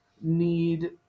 need